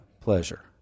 pleasure